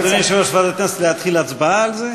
אדוני יושב-ראש ועדת הכנסת, להתחיל הצבעה על זה?